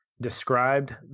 described